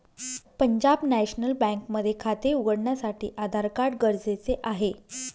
Punjab National Bank मध्ये खाते उघडण्यासाठी आधार कार्ड गरजेचे आहे